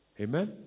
Amen